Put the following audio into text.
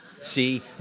see